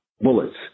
bullets